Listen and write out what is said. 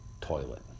toilet